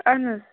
اہَن حظ